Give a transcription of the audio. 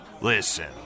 Listen